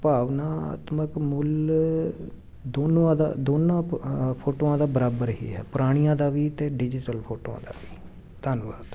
ਭਾਵਨਾਤਮਕ ਮੁੱਲ ਦੋਨੋਂਆਂ ਦਾ ਦੋਨੋਂ ਫੋਟੋਆਂ ਦਾ ਬਰਾਬਰ ਹੀ ਹੈ ਪੁਰਾਣੀਆਂ ਦਾ ਵੀ ਅਤੇ ਡਿਜੀਟਲ ਫੋਟੋਆਂ ਦਾ ਵੀ ਧੰਨਵਾਦ